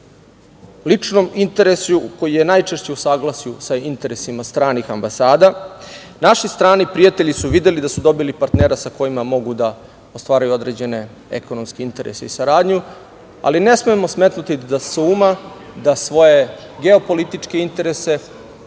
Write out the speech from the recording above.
ličnom interesu, koji je najčešće u saglasju sa interesima stranih ambasada, naši strani prijatelji su videli da su dobili partnera sa kojim mogu da ostvaruju određene ekonomske interese i saradnju. Ne smemo smetnuti sa uma da će se truditi na sve